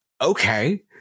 Okay